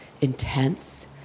intense